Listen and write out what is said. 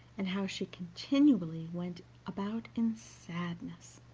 and how she continually went about in sadness,